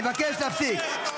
אני מבקש להפסיק.